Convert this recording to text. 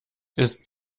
ist